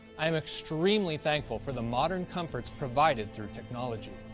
i am extremely thankful for the modern comforts provided through technology.